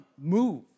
move